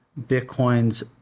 Bitcoin's